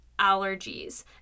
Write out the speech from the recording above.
allergies